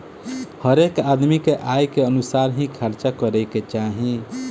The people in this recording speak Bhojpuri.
हरेक आदमी के आय के अनुसार ही खर्चा करे के चाही